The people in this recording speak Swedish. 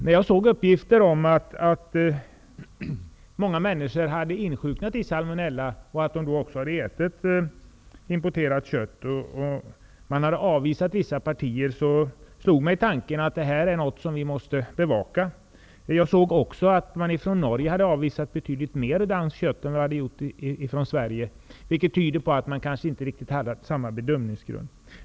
När jag såg uppgifter om att många människor hade insjuknat i salmonella och att de ätit importerat kött -- man hade även avvisat vissa partier -- slogs jag av tanken att detta är något som vi måste bevaka. Jag såg också att Norge hade avvisat betydligt mer danskt kött än vad vi hade gjort i Sverige. Det tyder på att Norge kanske inte har samma bedömningsgrunder.